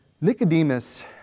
Nicodemus